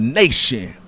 nation